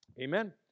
Amen